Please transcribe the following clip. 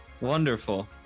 wonderful